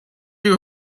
you